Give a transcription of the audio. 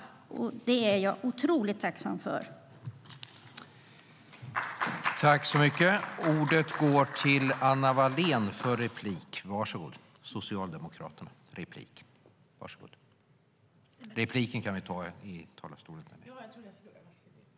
Och det är jag otroligt tacksam för.